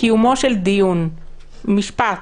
קיומו של דיון, משפט.